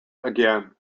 again